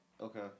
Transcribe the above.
Okay